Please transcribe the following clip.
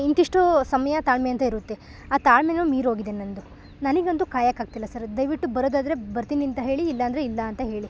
ಇಂತಿಷ್ಟು ಸಮಯ ತಾಳ್ಮೆ ಅಂತ ಇರುತ್ತೆ ಆ ತಾಳ್ಮೆನೂ ಮೀರೋಗಿದೆ ನನ್ನದು ನನಗೆ ಅಂತೂ ಕಾಯೋಕ್ಕಾಗ್ತಿಲ್ಲ ಸರ್ ದಯವಿಟ್ಟು ಬರೋದಾದರೆ ಬರ್ತೀನಿ ಅಂತ ಹೇಳಿ ಇಲ್ಲ ಅಂದರೆ ಇಲ್ಲ ಅಂತ ಹೇಳಿ